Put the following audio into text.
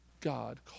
God